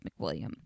McWilliam